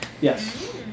Yes